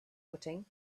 footing